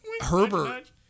Herbert